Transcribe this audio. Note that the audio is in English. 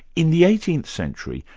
in the eighteenth century,